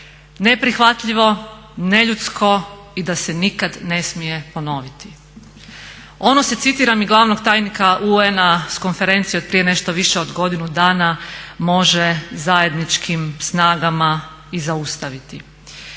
neprihvatljivo, neljudsko i da se nikad ne smije ponoviti. Ono se citiram i glavnog tajnika UN-a s konferencije od prije nešto više od godinu dana može zajedničkim snagama i zaustaviti.